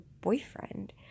boyfriend